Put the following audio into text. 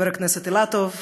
חבר הכנסת אילטוב,